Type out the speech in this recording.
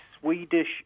Swedish